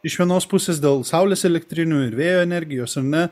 iš vienos pusės dėl saulės elektrinių ir vėjo energijos ar ne